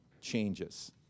changes